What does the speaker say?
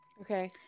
Okay